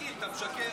כרגיל אתה משקר.